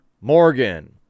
Morgan